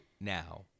now